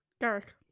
garrick